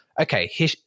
okay